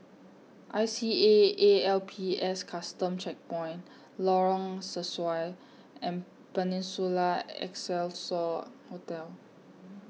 I C A A L P S Custom Checkpoint Lorong Sesuai and Peninsula Excelsior Hotel